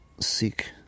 sick